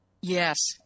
Yes